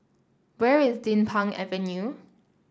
where is Din Pang Avenue